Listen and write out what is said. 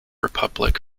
republic